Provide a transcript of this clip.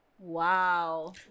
Wow